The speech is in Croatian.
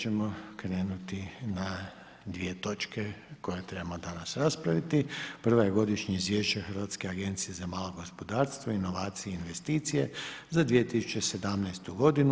ćemo krenuti na 2 točke koje trebamo danas raspraviti prva je: - Godišnje izvješće Hrvatske agencije za malo gospodarstvo, inovacije i investicije za 2017. godinu.